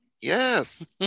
Yes